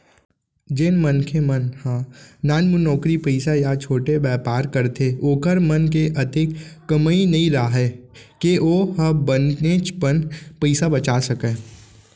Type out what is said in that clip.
जेन मनखे मन ह नानमुन नउकरी पइसा या छोटे बयपार करथे ओखर मन के अतेक कमई नइ राहय के ओ ह बनेचपन पइसा बचा सकय